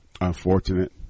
unfortunate